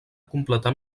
completar